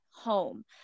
home